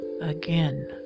again